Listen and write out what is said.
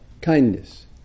kindness